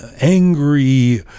angry